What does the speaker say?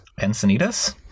Encinitas